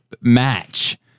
match